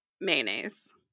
mayonnaise